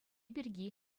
пирки